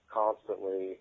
constantly